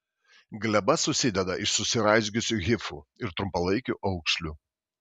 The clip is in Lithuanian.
gleba susideda iš susiraizgiusių hifų ir trumpalaikių aukšlių